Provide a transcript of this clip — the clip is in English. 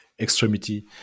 extremity